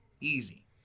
Easy